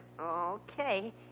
Okay